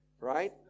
right